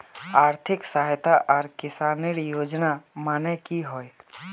आर्थिक सहायता आर किसानेर योजना माने की होय?